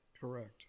correct